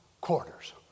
quarters